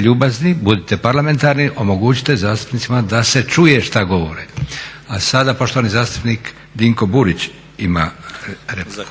ljubazni, budite parlamentarni, omogućite zastupnicima da se čuje što govore. A sada poštovani zastupnik Dinko Burić ima repliku.